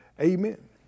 amen